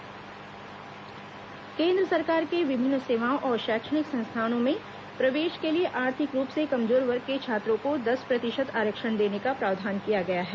आरक्षण प्रावधान केन्द्र सरकार के विभिन्न सेवाओं और शैक्षणिक संस्थाओं में प्रवेश के लिए आर्थिक रूप से कमजोर वर्ग के छात्रों को दस प्रतिशत आरक्षण देने का प्रावधान किया गया है